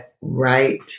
right